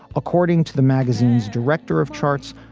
according to the magazine's director of charts,